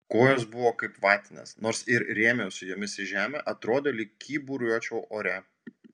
kojos buvo kaip vatinės nors ir rėmiausi jomis į žemę atrodė lyg kyburiuočiau ore